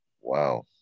Wow